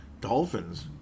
Dolphins